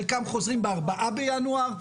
חלקם חוזרים ב-4 בינואר,